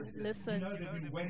Listen